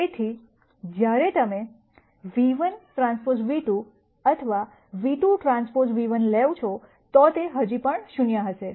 તેથી જ્યારે તમે v1Tv2 અથવા v2Tv1 લેવ છો તો તે હજી પણ 0 હશે